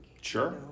Sure